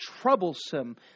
troublesome